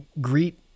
greet